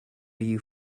you